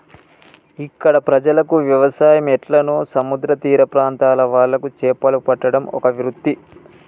ఇక్కడ ప్రజలకు వ్యవసాయం ఎట్లనో సముద్ర తీర ప్రాంత్రాల వాళ్లకు చేపలు పట్టడం ఒక వృత్తి